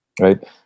right